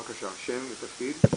בבקשה, שם ותפקיד.